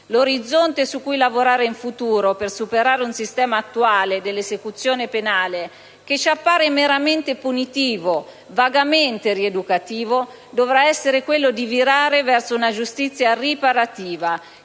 L'orizzonte su cui lavorare in futuro, per superare un sistema attuale dell'esecuzione penale che ci appare meramente punitivo e vagamente rieducativo, dovrà essere quello di virare verso una giustizia che